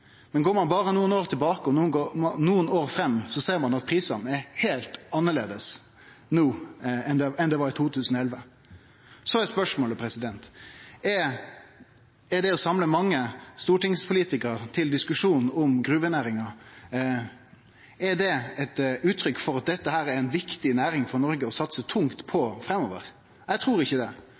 Men går ein berre nokre år fram, ser ein at prisane er heilt annleis no enn dei var i 2011. Så er spørsmålet: Er det å samle mange stortingspolitikarar til diskusjon om gruvenæringa eit uttrykk for at dette er ei viktig næring for Noreg å satse tungt på framover? Eg trur ikkje det.